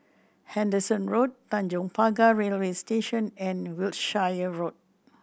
Henderson Road Tanjong Pagar Railway Station and Wiltshire Road